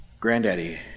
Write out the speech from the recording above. Granddaddy